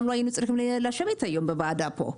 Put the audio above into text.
גם לא היינו צריכים לשבת היום בוועדה פה.